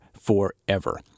forever